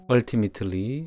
Ultimately